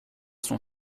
son